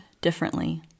differently